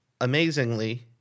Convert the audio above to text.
Amazingly